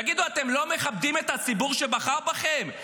תגידו, אתם לא מכבדים את הציבור שבחר בכם?